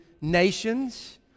nations